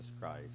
Christ